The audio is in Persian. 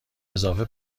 اضافه